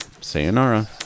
Sayonara